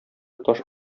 таш